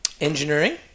engineering